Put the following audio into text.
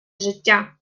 життя